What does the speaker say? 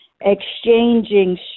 exchanging